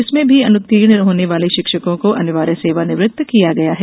इसमें भी अनुउत्तीर्ण होने वाले शिक्षकों को अनिवार्य सेवानिवृत्त किया गया है